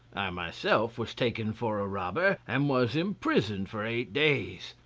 i myself was taken for a robber and was imprisoned for eight days,